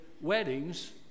weddings